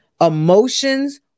emotions